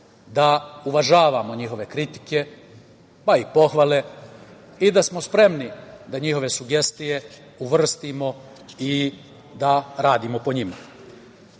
da uvažavamo njihove kritike i pohvale, i da smo spremni da njihove sugestije uvrstimo i da radimo po njima. Našu